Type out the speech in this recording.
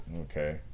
Okay